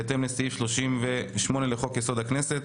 בהתאם לסעיף 38 לחוק-יסוד הכנסת.